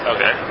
Okay